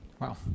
Wow